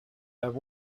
have